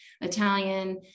Italian